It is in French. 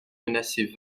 menaçait